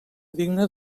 digna